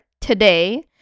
today